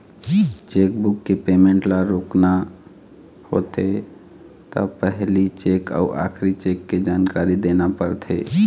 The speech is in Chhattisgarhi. चेकबूक के पेमेंट ल रोकना होथे त पहिली चेक अउ आखरी चेक के जानकारी देना परथे